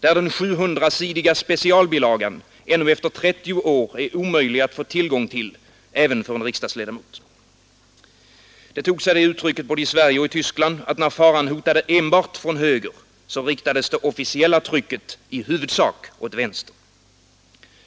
där den 700-sidiga specialbilagan ännu efter 30 år är omöjlig att få tillgång till även för en riksdagsledamot. Det tog sig det uttrycket både i Sverige och i Tyskland att när faran hotade enbart från höger inriktades det officiella trycket i huvudsak åt vänster.